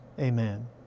amen